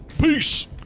Peace